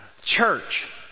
church